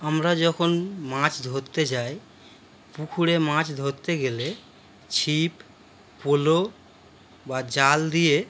আমরা যখন মাছ ধরতে যাই পুকুরে মাছ ধরতে গেলে ছিপ পোলো বা জাল দিয়ে